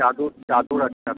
চাদর চাদর আছে আ